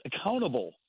accountable